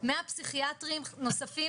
מקצועי ומהיר לכל האנשים שאנחנו רוצים לעזור